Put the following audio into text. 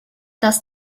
dass